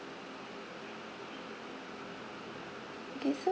okay so